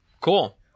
Cool